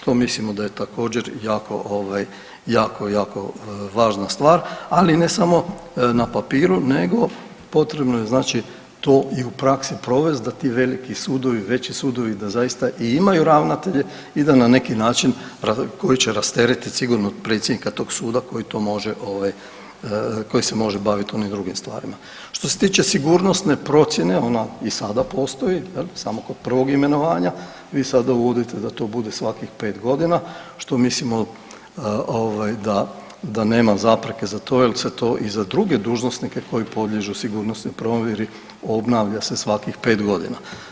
To mislimo da je također jako ovaj, jako, jako važna stvar, ali ne samo na papiru nego potrebno je znači to i u praksi provest da ti veliki sudovi, veći sudovi da zaista i imaju ravnatelje i da na neki način koji će rasteretit sigurno predsjednika tog suda koji to može ovaj, koji se može bavit onim drugim stvarima. što se tiče sigurnosne procjene ona i sada postoji jel samo kod prvog imenovanja, vi sad uvodite da to bude svakih 5.g., što mislimo ovaj da, da nema zapreke za to jel se to i za druge dužnosnike koji podliježu sigurnosnoj provjeri obnavlja se svakih 5.g.